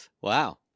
Wow